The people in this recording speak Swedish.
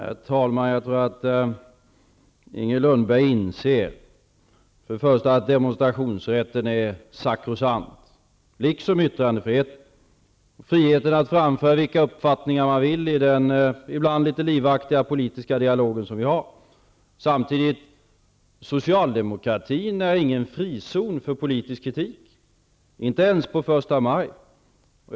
Herr talman! Jag tror att Inger Lundberg inser att demonstrationsrätten är sakrosankt liksom yttrandefriheten, friheten att framföra vilka uppfattningar man vill i den ibland litet livaktiga politiska dialogen som vi har. Men samtidigt är socialdemokratin ingen frizon för politisk kritik -- inte ens på första maj.